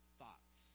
thoughts